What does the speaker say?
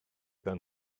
than